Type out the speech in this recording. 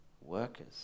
workers